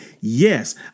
Yes